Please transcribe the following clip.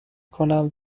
کنم